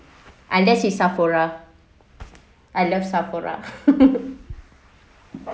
unless is Sephora I love Sephora